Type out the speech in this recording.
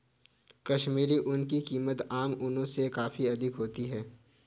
कश्मीरी ऊन की कीमत आम ऊनों से काफी अधिक होती है